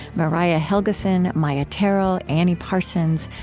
mariah helgeson, maia tarrell, annie parsons,